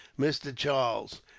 mr. charles!